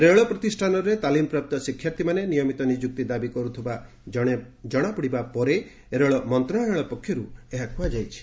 ରେଳ ପ୍ରତିଷ୍ଠାନରେ ତାଲିମପ୍ରାପ୍ତ ଶିକ୍ଷାର୍ଥୀମାନେ ନିୟମିତ ନିଯ୍ରକ୍ତି ଦାବି କରୁଥିବା ଜଣାପଡିବା ପରେ ରେଳ ମନ୍ତ୍ରାଳୟ ପକ୍ଷରୁ ଏହା କୁହାଯାଇଛି